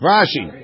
Rashi